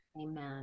Amen